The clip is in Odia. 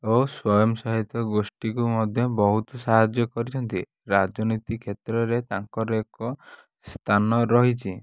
ଓ ସ୍ୱୟଂସହାୟତା ଗୋଷ୍ଠୀକୁ ମଧ୍ୟ ବହୁତ ସାହାଯ୍ୟ କରିଛନ୍ତି ରାଜନୀତି କ୍ଷେତ୍ରରେ ତାଙ୍କର ଏକ ସ୍ଥାନ ରହିଛି